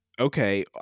okay